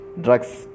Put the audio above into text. drugs